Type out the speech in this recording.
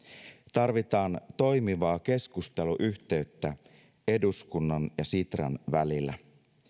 tarvitaan toimivaa keskusteluyhteyttä eduskunnan ja sitran välillä